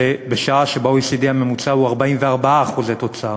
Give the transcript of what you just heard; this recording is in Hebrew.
ובשעה שב-OECD הממוצע הוא 44% תוצר,